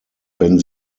wenn